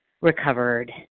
recovered